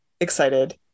excited